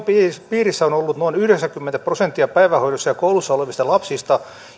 piirissä on ollut noin yhdeksänkymmentä prosenttia päivähoidossa ja koulussa olevista lapsista